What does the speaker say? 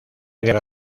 guerra